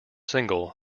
single